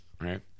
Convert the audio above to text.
Right